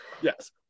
Yes